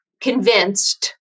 convinced